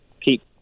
keep